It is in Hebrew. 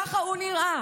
כך הוא נראה.